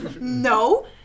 No